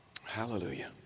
hallelujah